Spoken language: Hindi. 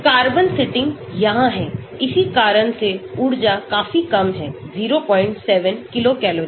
कार्बन जो यहां है इसी कारण से उर्जा काफी कम है 07 किलो कैलोरी